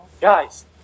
Guys